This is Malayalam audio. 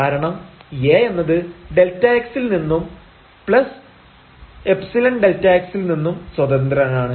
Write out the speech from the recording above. കാരണം A എന്നത് Δx ൽ നിന്നും ϵ Δx ൽ നിന്നും സ്വതന്ത്രനാണ്